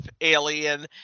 alien